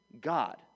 God